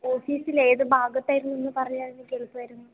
ഓഫിസിൽ ഏത് ഭാഗത്തായിരുന്നു എന്ന് പറഞ്ഞായിരുന്നെങ്കിൽ എളുപ്പമായിരുന്നു